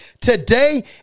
today